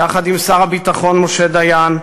יחד עם שר הביטחון משה דיין,